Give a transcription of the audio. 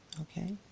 Okay